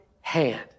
hand